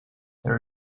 there